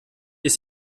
ist